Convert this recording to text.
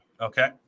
Okay